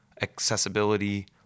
accessibility